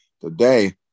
today